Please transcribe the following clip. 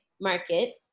market